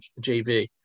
JV